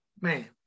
man